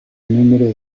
número